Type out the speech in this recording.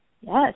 Yes